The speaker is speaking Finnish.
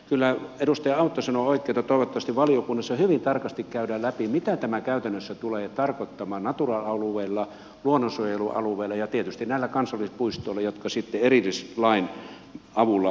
kyllä edustaja autto sanoi oikein että toivottavasti valiokunnassa hyvin tarkasti käydään läpi mitä tämä käytännössä tulee tarkoittamaan natura alueilla luonnonsuojelualueilla ja tietysti näissä kansallispuistoissa jotka sitten erillislain avulla määritellään